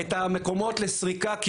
היחידות האלה איתנו,